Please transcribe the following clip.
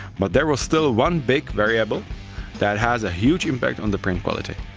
but there was still one big variable that has a huge impact on the print quality.